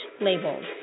Labels